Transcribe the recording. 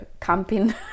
camping